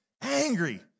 angry